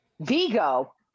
Vigo